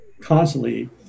constantly